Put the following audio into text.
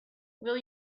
will